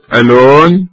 alone